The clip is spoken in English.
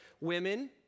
women